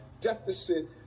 deficit